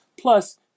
plus